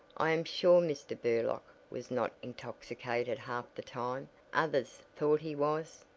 i am sure mr. burlock was not intoxicated half the time others thought he was.